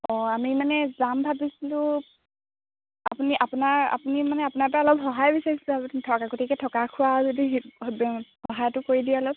অঁ আমি মানে যাম ভাবিছিলোঁ আপুনি আপোনাৰ আপুনি মানে আপোনাৰপৰা অলপ সহায় বিচাৰিছিলোঁ আপুনি থকা গতিকে থকা খোৱা যদি সহায়টো কৰি দিয়ে অলপ